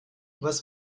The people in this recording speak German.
was